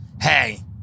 Hey